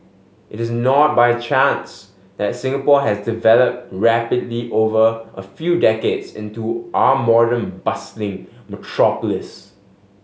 it is not by chance that Singapore has developed rapidly over a few decades into our modern bustling metropolis